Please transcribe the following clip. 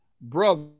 brother